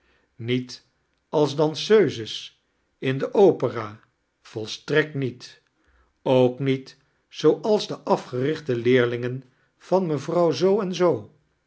niet als danseuses in de opesra volsttrekt niet ook niet z opals de afgerichte leerlingen vail mevrouw zoo en